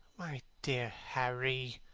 my dear harry,